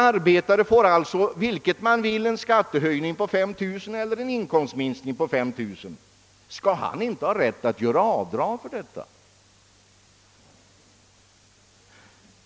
Arbetaren får alltså en skattehöjning på 5 000 kronor eller en inkomstminskning på 5 000 kronor, hur man nu vill kalla det. Skall han inte ha rätt att göra avdrag för detta?